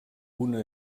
una